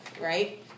right